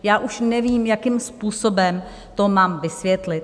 Já už nevím, jakým způsobem to mám vysvětlit.